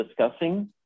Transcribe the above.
discussing